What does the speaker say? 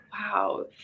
wow